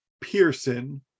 Pearson